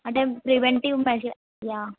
అంటే preventive measure yeah